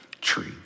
tree